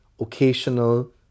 occasional